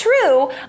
true